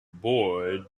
boy